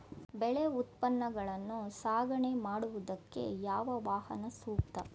ಬೆಳೆ ಉತ್ಪನ್ನಗಳನ್ನು ಸಾಗಣೆ ಮಾಡೋದಕ್ಕೆ ಯಾವ ವಾಹನ ಸೂಕ್ತ?